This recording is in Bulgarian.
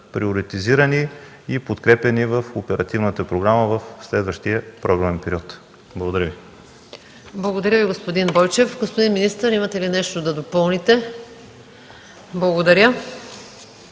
приоритизирани и подкрепяни по оперативната програма в следващия програмен период. Благодаря Ви. ПРЕДСЕДАТЕЛ МАЯ МАНОЛОВА: Благодаря Ви, господин Бойчев. Господин министър, имате ли нещо да допълните? Благодаря.